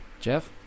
Jeff